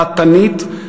דעתנית,